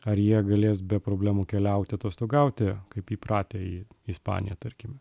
ar jie galės be problemų keliauti atostogauti kaip įpratę į ispaniją tarkime